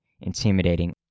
intimidating